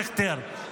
דיכטר,